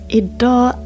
idag